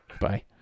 Bye